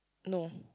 no